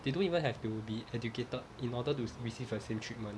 they don't even have to be educated in order to receive a same treatment